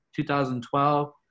2012